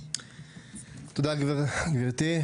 תודה גברתי.